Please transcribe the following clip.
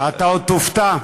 אתה עוד תופתע.